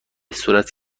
صورت